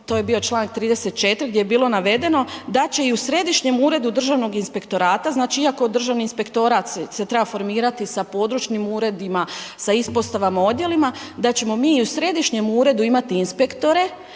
to je bio članak 34. gdje je bilo navedeno da će i u Središnjem uredu Državnog inspektorata, znači iako je Državni inspektorat se treba formirati sa područnim uredima, sa ispostavama, odjelima, da ćemo mi u Središnjem uredu imati inspektore,